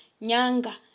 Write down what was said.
nyanga